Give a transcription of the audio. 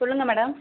சொல்லுங்கள் மேடம்